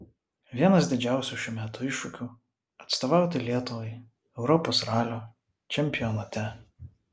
vienas didžiausių šių metų iššūkių atstovauti lietuvai europos ralio čempionate